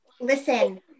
Listen